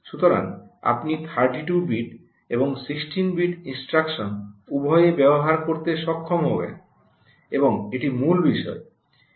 সুতরাং আপনি 32 বিট এবং 16 বিট ইনস্ট্রাকশন উভয়ই ব্যবহার করতে সক্ষম হবেন এবং এটি মূল বিষয়